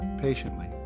patiently